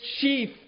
chief